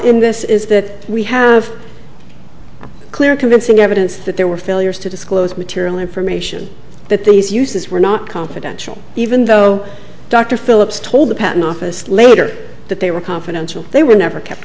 in this is that we have clear convincing evidence that there were failures to disclose material information that these uses were not confidential even though dr philips told the patent office later that they were confidential they were never kept